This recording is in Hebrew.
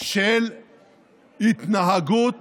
של התנהגות